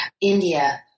India